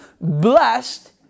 blessed